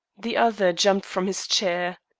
the other jumped from his chair.